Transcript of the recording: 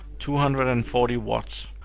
two hundred and forty watts.